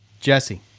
Jesse